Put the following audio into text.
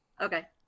Okay